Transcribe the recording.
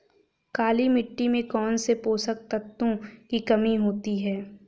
काली मिट्टी में कौनसे पोषक तत्वों की कमी होती है?